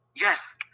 Yes